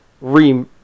re